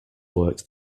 worked